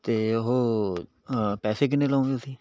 ਅਤੇ ਉਹ ਪੈਸੇ ਕਿੰਨੇ ਲਓਗੇ ਤੁਸੀਂ